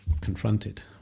confronted